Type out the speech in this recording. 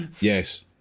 Yes